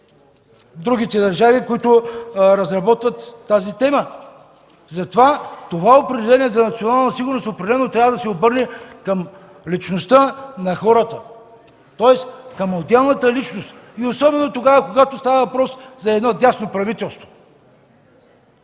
другите държави, които разработват тази тема, затова определението за национална сигурност определено трябва да се обърне към личността на хората, тоест към отделната личност, особено когато става въпрос за едно дясно правителство.